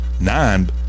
nine